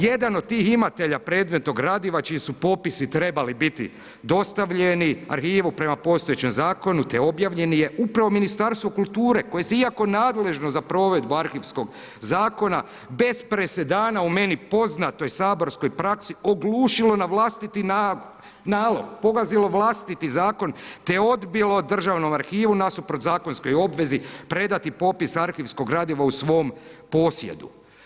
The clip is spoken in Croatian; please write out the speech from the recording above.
Jedan od tih imatelja predmetnog gradiva čiji su popisi trebali biti dostavljeni arhivu prema postojećem Zakonu te objavljeni je upravo Ministarstvo kulture koje se iako nadležno za provedbu arhivskog zakona bez presedana u meni poznatoj saborskoj praksi oglušilo na vlastiti nalog, pogazilo vlastiti Zakon te odbilo državnom arhivu nasuprot zakonskoj obvezi predati popis arhivskog gradiva u svom posjedu.